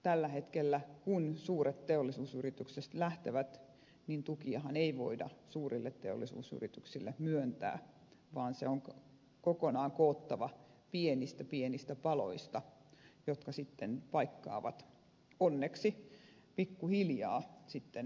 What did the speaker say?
tällä hetkellä kun suuret teollisuusyritykset lähtevät niin tukiahan ei voida suurille teollisuusyrityksille myöntää vaan se on kokonaan koottava pienistä pienistä paloista jotka sitten paikkaavat onneksi pikkuhiljaa näitä alueita